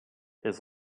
his